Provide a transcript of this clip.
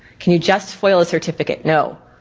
can you just foil a certificate? no,